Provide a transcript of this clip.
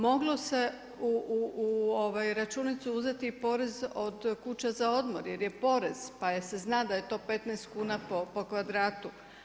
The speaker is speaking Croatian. Moglo se u računicu uzeti i porez od kuće za odmor jer je porez pa se zna da je to 15 kuna po kvadratu.